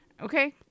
Okay